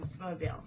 mobile